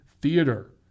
Theater